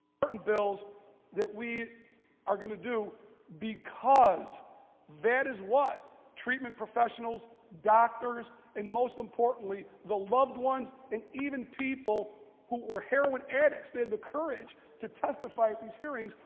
but and bills that we are going to do because that is what treatment professionals, doctors, and most importantly, the loved ones and even people who were heroin addicts, they had the courage to testify at these hearings,